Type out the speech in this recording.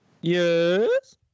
Yes